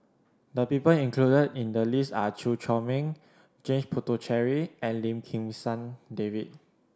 the people included in the list are Chew Chor Meng James Puthucheary and Lim Kim San David